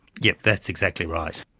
yes, that's exactly right.